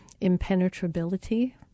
impenetrability